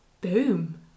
Boom